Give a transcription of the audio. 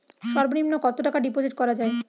সর্ব নিম্ন কতটাকা ডিপোজিট করা য়ায়?